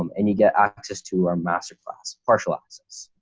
um and you get access to our masterclass partial access.